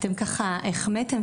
אתם ככה החמאתם,